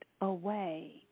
away